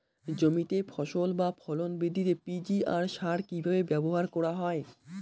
জমিতে ফসল বা ফলন বৃদ্ধিতে পি.জি.আর সার কীভাবে ব্যবহার করা হয়?